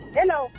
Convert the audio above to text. Hello